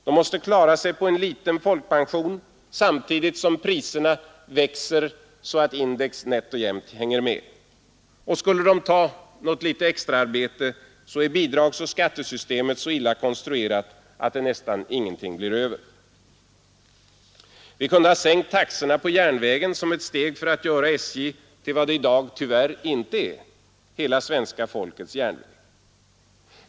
De måste klara sig på en liten folkpension samtidigt som priserna stiger så snabbt att index nätt och jämnt hänger med. Och skulle de ta något litet extraarbete är bidragsoch skattesystemet så illa konstruerat att det nästan ingenting blir över. Vi kunde ha sänkt taxorna på järnvägen som ett steg mot att göra SJ till vad det i dag tyvärr inte är: hela svenska folkets järnväg.